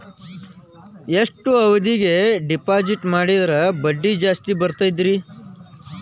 ಎಷ್ಟು ಅವಧಿಗೆ ಡಿಪಾಜಿಟ್ ಮಾಡಿದ್ರ ಬಡ್ಡಿ ಜಾಸ್ತಿ ಬರ್ತದ್ರಿ?